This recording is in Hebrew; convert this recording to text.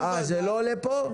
זה לא עולה פה?